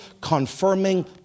confirming